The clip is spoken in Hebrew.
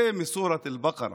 זה מסורת אל-בצרה.